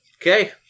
Okay